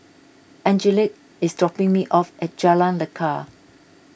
Angelique is dropping me off at Jalan Lekar